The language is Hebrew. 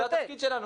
זה התפקיד שלנו.